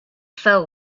fell